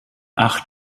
acht